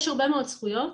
יש הרבה מאוד זכויות